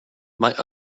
might